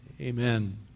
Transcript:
Amen